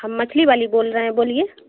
ہم مچھلی والی بول رہے ہیں بولیے